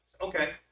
okay